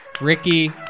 Ricky